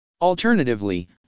Alternatively